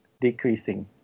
decreasing